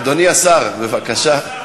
אדוני השר, בבקשה.